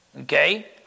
okay